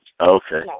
okay